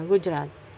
Gujarat